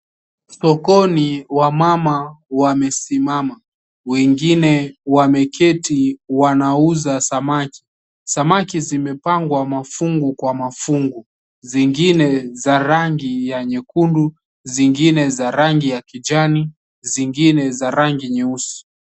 Sokoni wamama wamesimama wengine wameketi wanauza samaki, samaki zimepangwa mafungu kwa mafungu, zingine za rangi ya nyekundu zingine za rangi ya kijani zingine za rangi nyeusi.